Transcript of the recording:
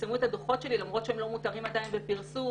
פרסמו את הדוחות שלהם למרות שהם עדיין לא מותרים בפרסום,